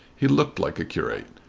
he looked like a curate.